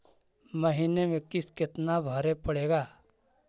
महीने में किस्त कितना भरें पड़ेगा?